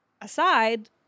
aside